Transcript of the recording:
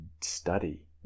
study